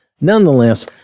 Nonetheless